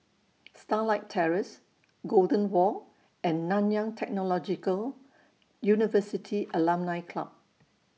Starlight Terrace Golden Walk and Nanyang Technological University Alumni Club